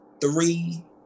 three